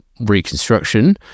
reconstruction